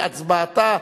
בהצבעתה,